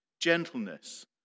gentleness